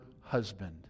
husband